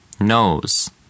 Nose